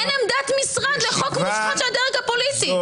אין עמדת משרד לחוק מושחת של הדרג הפוליטי.